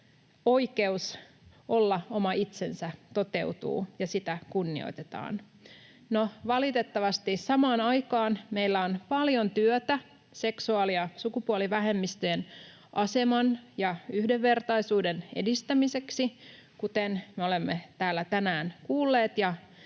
oikeus olla oma itsensä toteutuu ja sitä kunnioitetaan. Valitettavasti samaan aikaan meillä on paljon työtä seksuaali- ja sukupuolivähemmistöjen aseman ja yhdenvertaisuuden edistämiseksi, kuten me olemme täällä tänään kuulleet.